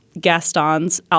Gaston's